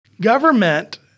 Government